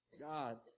God